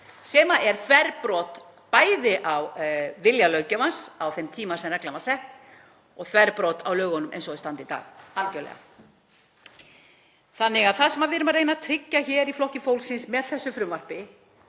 sem er þverbrot á vilja löggjafans á þeim tíma sem reglan var sett og þverbrot á lögunum eins og þau standa í dag, algerlega. Það sem við erum að reyna að tryggja hér í Flokki fólksins með þessu frumvarpi